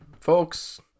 Folks